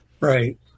Right